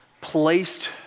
placed